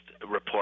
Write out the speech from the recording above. report